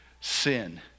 Sin